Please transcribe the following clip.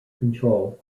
control